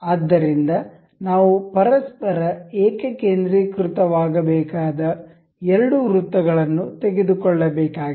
ಆದ್ದರಿಂದ ನಾವು ಪರಸ್ಪರ ಏಕಕೇಂದ್ರೀಕೃತವಾಗಬೇಕಾದ ಎರಡು ವೃತ್ತಗಳನ್ನು ತೆಗೆದುಕೊಳ್ಳಬೇಕಾಗಿದೆ